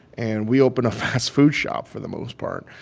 and we opened a fast food shop, for the most part.